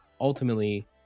ultimately